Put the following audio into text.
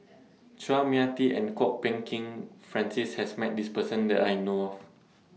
Chua Mia Tee and Kwok Peng Kin Francis has Met This Person that I know of